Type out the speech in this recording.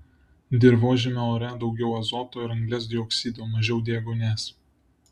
dirvožemio ore daugiau azoto ir anglies dioksido mažiau deguonies